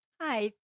Hi